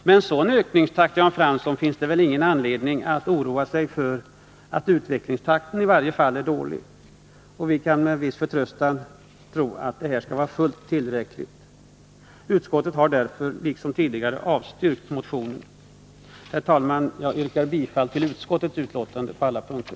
Med en sådan ökningstakt, Jan Fransson, finns det väl ingen anledning att oroa sig för att utvecklingstakten skulle vara låg. Vi kan med viss förtröstan anta att den är fullt tillräcklig. Utskottet har därför liksom tidigare avstyrkt motionen. Herr talman! Jag yrkar bifall till utskottets hemställan på alla punkter.